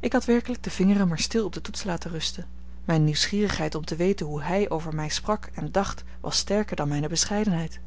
ik had werkelijk de vingeren maar stil op de toetsen laten rusten mijne nieuwsgierigheid om te weten hoe hij over mij sprak en dacht was sterker dan mijne bescheidenheid